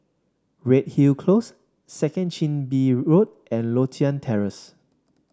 Redhill Close Second Chin Bee Road and Lothian Terrace